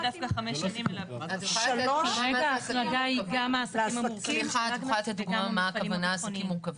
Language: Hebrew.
את יכולה לתת דוגמה מה זה עסקים מורכבים?